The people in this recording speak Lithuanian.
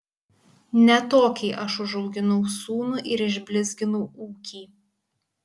ne tokiai aš užauginau sūnų ir išblizginau ūkį